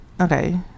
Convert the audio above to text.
Okay